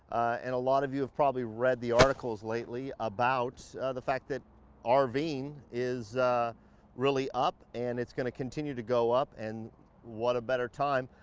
and a lot of you have probably read the articles lately about the fact that um rving is really up and it's gonna continue to go up and what a better time.